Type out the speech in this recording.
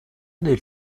del